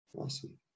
awesome